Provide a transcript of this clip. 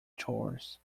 chores